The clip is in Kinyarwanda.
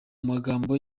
magambo